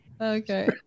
okay